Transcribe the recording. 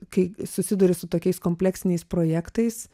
kai susiduri su tokiais kompleksiniais projektais